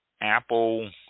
apple